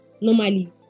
normally